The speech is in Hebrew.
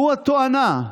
הוא התואנה,